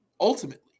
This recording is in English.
ultimately